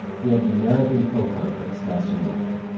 he had an american co-founder, sebastian meyer.